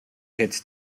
hits